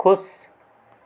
ख़ुश